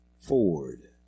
Ford